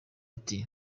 ati